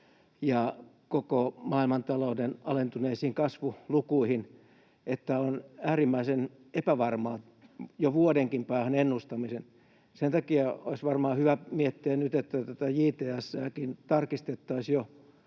ja koko maailmantalouden alentuneisiin kasvulukuihin — että on äärimmäisen epävarmaa jo vuodenkin päähän ennustaminen. Sen takia olisi varmaan hyvä miettiä nyt, että tätä JTS:ääkin tarkistettaisi jo